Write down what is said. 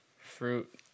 Fruit